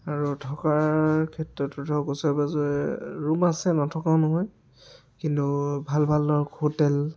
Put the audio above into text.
আৰু থকাৰ ক্ষেত্ৰতো ধৰক ওচৰে পাঁজৰে ৰুম আছে নথকাও নহয় কিন্তু ভাল ভাল ধৰক হোটেল